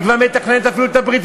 היא כבר מתכננת אפילו ברית-מילה.